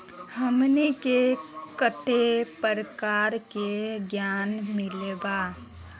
हमनी के कते प्रकार के ऋण मीलोब?